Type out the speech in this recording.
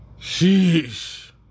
sheesh